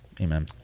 Amen